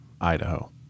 Idaho